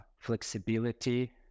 flexibility